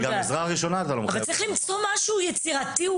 צריך למצוא משהו יצירתי,